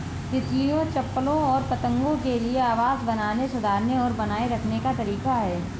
तितलियों, चप्पलों और पतंगों के लिए आवास बनाने, सुधारने और बनाए रखने का तरीका है